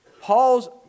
Paul's